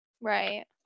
right